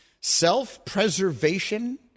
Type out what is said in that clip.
Self-preservation